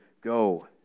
Go